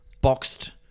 boxed